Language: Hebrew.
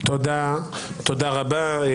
תודה רבה.